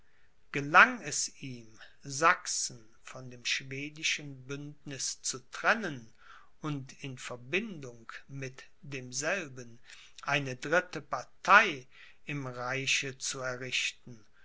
gelang es ihm sachsen von dem schwedischen bündniß zu trennen und in verbindung mit demselben eine dritte partei im reiche zu errichten